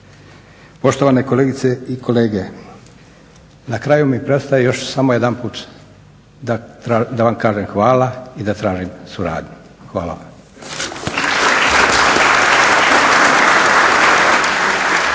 Poštovane kolegice i kolege, na kraju mi preostaje još samo jedanput da vam kažem hvala i da tražim suradnju. Hvala